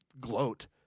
gloat